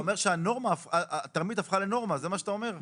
אתה אומר שהתרמית הפכה לנורמה, זה מה שאתה אומר?